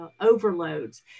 overloads